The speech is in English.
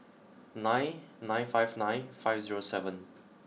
nine nine five nine five zero seven